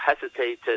hesitated